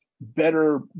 better